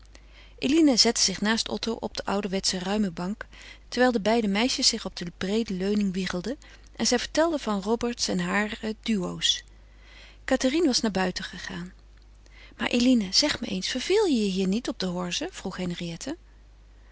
eline zette zich naast otto op de ouderwetsche ruime bank terwijl de beide meisjes zich op de breede leuning wiegelden en zij vertelde van roberts en hare duo's cathérine was naar buiten gegaan maar eline zeg me eens verveel je je hier niet op de horze vroeg henriette